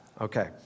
Okay